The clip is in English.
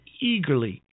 eagerly